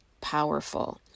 powerful